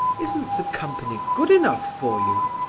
isn't the company good enough for you?